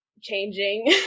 changing